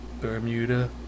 Bermuda